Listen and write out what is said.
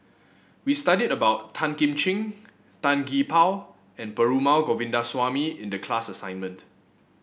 we studied about Tan Kim Ching Tan Gee Paw and Perumal Govindaswamy in the class assignment